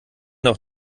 doch